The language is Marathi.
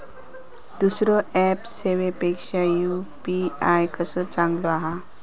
दुसरो ऍप सेवेपेक्षा यू.पी.आय कसो चांगलो हा?